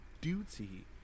duty